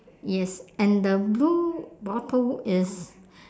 yes and the blue bottle is